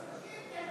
מכיר, כן.